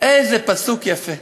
איזה פסוק יפה,